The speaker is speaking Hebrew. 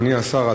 אדוני השר,